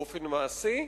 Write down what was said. באופן מעשי,